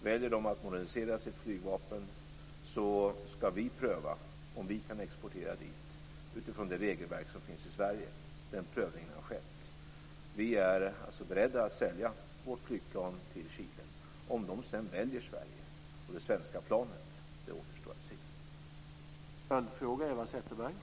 Väljer de att modernisera sitt flygvapen skall vi pröva om vi kan exportera dit utifrån det regelverk som finns i Sverige. Den prövningen har skett. Vi är beredda att sälja vårt flygplan till Chile. Om de sedan väljer Sverige och det svenska planet återstår att se.